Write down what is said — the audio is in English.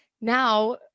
now